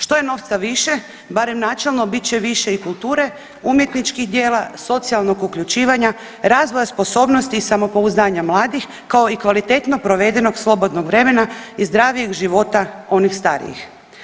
Što je novca više barem načelno bit će više i kulture, umjetničkih djela, socijalnog uključivanja, razvoja sposobnosti i samopouzdanja mladih kao i kvalitetno provedenog slobodnog vremena i zdravijeg života onih starijih.